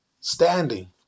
standing